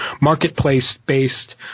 marketplace-based